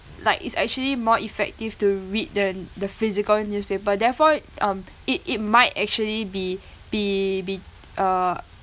like it's actually more effective to read the the physical newspaper therefore um it it might actually be be be uh